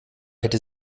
hätte